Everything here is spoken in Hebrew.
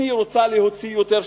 אם היא רוצה להוציא יותר,